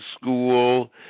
school